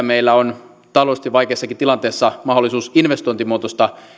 meillä on taloudellisesti vaikeassakin tilanteessa mahdollisuus investointimuotoista